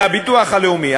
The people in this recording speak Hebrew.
מהביטוח הלאומי,